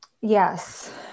Yes